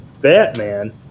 Batman